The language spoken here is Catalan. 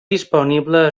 disponible